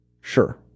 Sure